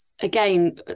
again